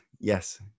yes